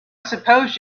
suppose